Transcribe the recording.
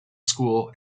school